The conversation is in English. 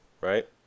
Right